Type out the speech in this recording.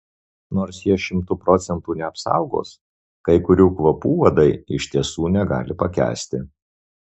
nors jie šimtu procentų neapsaugos kai kurių kvapų uodai iš tiesų negali pakęsti